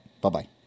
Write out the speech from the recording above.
Bye-bye